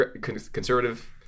conservative